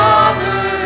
Father